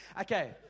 Okay